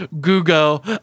Google